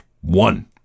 one